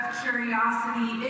curiosity